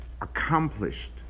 accomplished